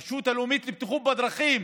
הרשות הלאומית לבטיחות בדרכים,